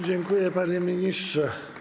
Dziękuję, panie ministrze.